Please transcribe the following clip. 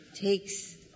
takes